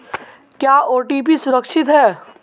क्या ओ.टी.पी सुरक्षित है?